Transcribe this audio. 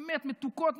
באמת מתוקות,